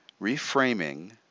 reframing